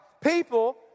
people